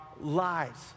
lives